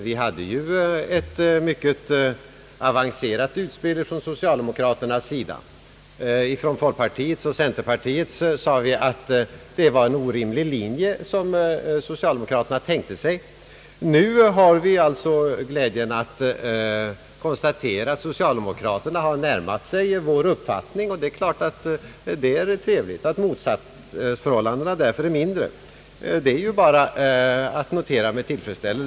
Socialdemokraterna gjorde ju där ett mycket avancerat utspek Från folkpartiet och centerpartiet sade vi, att det var en orimlig linje som socialdemokraterna tänkte sig. Nu har vi alltså glädjen att konstatera att socialdemokraterna närmat sig vår uppfattning; och det är naturligtvis bara att notera med tillfredsställelse att motsatsförhållandena därigenom har blivit mindre.